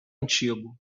antigo